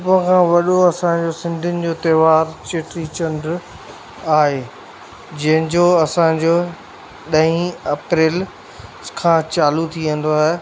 सभ खां वॾो असांजो सिंधियुनि जो त्योहारु चेटी चंड आहे जंहिंजो असांजो ॾह अप्रैल खां चालू थी वेंदो आहे